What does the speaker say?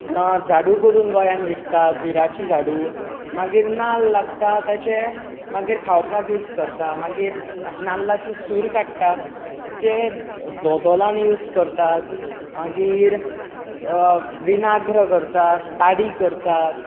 झाडू करून गोंयांत विकतात हिरांची झाडू मागीर नाल्ल लागता ताचे मागीर खावपाक यूज करतात मागीर नाल्लाची सूर काडटात तें दोदोलान यूज करतात मागीर विनाग्र करतात ताडी करतात